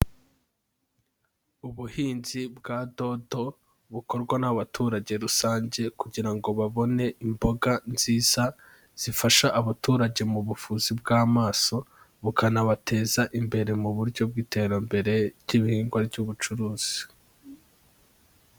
Ubuhinzi bwa dodo bukorwa n'abaturage rusange kugira ngo babone imboga nziza zifasha abaturage mu buvuzi bw'amaso, bukanabateza imbere mu buryo bw'iterambere ry'ibihingwa ry'ubucuruzi.